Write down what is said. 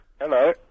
Hello